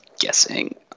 guessing